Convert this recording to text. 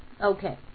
Okay